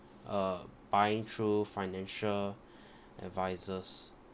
uh buying through financial advisers